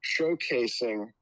showcasing